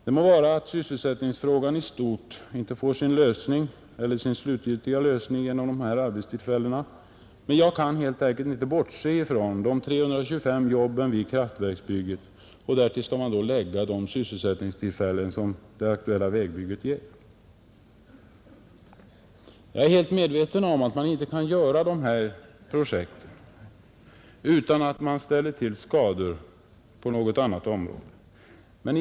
Det må vara att sysselsättningsfrågan i stort inte får sin slutgiltiga lösning genom de här arbetstillfällena, men jag kan helt enkelt inte bortse ifrån de 325 jobben vid kraftverksbygget, vartill man skall lägga de sysselsättningstillfällen som det aktuella vägbygget ger. Jag är helt medveten om att man inte kan göra de här projekten utan att man ställer till skador på något annat område exempelvis miljön.